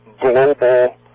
global